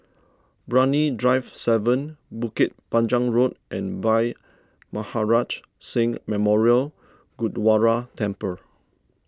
Brani Drive seven Bukit Panjang Road and Bhai Maharaj Singh Memorial Gurdwara Temple